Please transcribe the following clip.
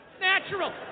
Natural